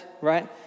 right